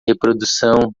reprodução